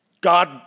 God